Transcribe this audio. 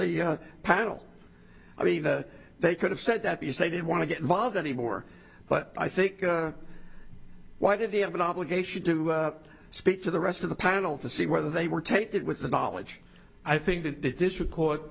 the panel i mean they could have said that you say they want to get involved anymore but i think why did they have an obligation to speak to the rest of the panel to see whether they were taken with the knowledge i think that the district c